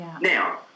Now